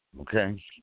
Okay